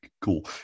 cool